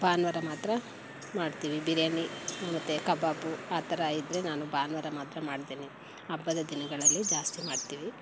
ಭಾನುವಾರ ಮಾತ್ರ ಮಾಡ್ತೀವಿ ಬಿರಿಯಾನಿ ಮತ್ತು ಕಬಾಬು ಆ ಥರ ಇದ್ದರೆ ನಾನು ಭಾನುವಾರ ಮಾತ್ರ ಮಾಡ್ತೀನಿ ಹಬ್ಬದ ದಿನಗಳಲ್ಲಿ ಜಾಸ್ತಿ ಮಾಡ್ತೀವಿ